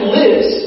lives